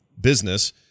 business